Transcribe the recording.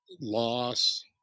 loss